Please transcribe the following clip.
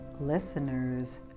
listeners